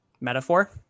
metaphor